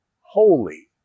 holy